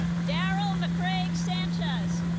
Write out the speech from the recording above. darryl macaraig sanchez